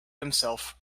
himself